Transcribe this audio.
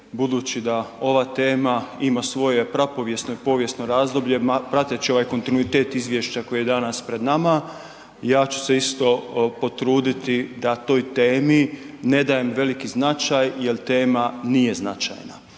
Budući da ova tema ima svoje prapovijesno i povijesno razdoblje, prateći ovaj kontinuitet izvješća koje je danas pred nama, ja ću se isto potruditi da toj temi ne dajem veliki značaj jer tema nije značajna